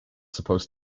supposed